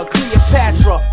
Cleopatra